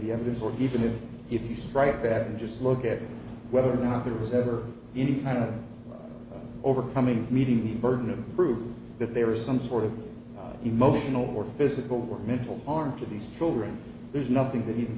the evidence or even if you strike that and just look at whether or not there was ever any kind of overcoming meeting the burden of proof that there is some sort of emotional or physical or mental harm to these children there's nothing that